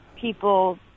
People